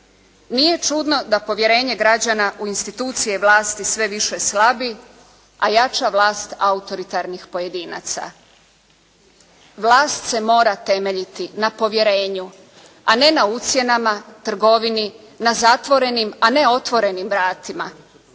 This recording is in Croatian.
Nije čudno da povjerenje građana u institucije vlasti sve više slabi, a jača vlast autoritarnih pojedinaca. Vlast se mora temeljiti na povjerenju, a ne na ucjenama, trgovini, na zatvorenim a ne otvorenim vratima.